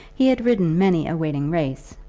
he had ridden many a waiting race,